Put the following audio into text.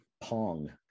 Pong